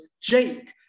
Jake